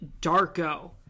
Darko